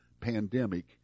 pandemic